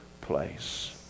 place